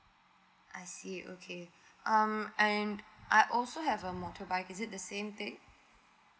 I see okay um and I also have a motorbike is it the same thing